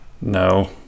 No